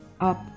Up